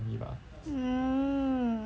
mm